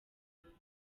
mugabo